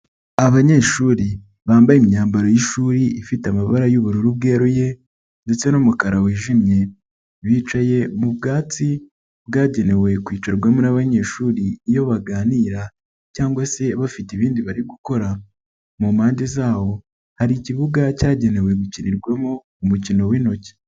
Abanyeshuri bambaye imyambaro y'ishuri ifite amabara y'ubururu bweruye ndetse n'umukara wijimye, bicaye mu bwatsi bwagenewe kwicarwamo n'abanyeshuri iyo baganira cyangwa se bafite ibindi bari gukora, mu mpande z'aho hari ikibuga cyagenewe gukinirwamo umukino w'intoki.